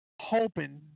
hoping